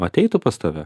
ateitų pas tave